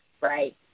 right